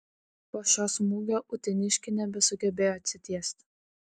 po šio smūgio uteniškiai nebesugebėjo atsitiesti